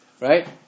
right